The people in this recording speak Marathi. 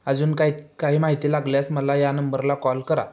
अजून काही काही माहिती लागल्यास मला या नंबरला कॉल करा